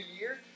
year